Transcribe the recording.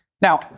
Now